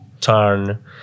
turn